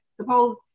Suppose